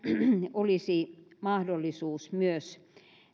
olisi mahdollisuus myös